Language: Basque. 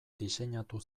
diseinatu